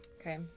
Okay